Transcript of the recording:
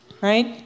right